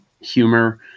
humor